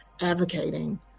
advocating